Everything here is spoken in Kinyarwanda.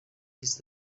east